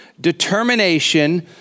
determination